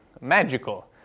magical